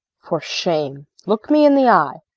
for shame. look me in the eye.